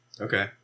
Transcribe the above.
Okay